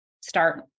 start